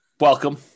welcome